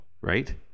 Right